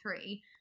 three